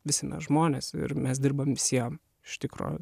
visi mes žmonės ir mes dirbam visiem iš tikro